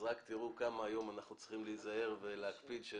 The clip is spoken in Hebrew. רק תראו כמה היום אנחנו צריכים להיזהר ולהקפיד של,